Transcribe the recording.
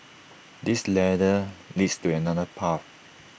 this ladder leads to another path